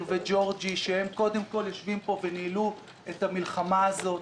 וג'ורג'י שקודם כל יושבים פה וניהלו את המלחמה הזאת,